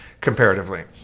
comparatively